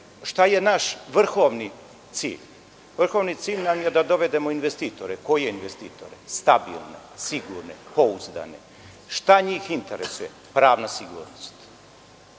je naš vrhovni cilj? Vrhovni cilj nam je da dovedemo investitore. Koje investitore? Stabilne, sigurne i pouzdane. Šta njih interesuje? Pravna sigurnost,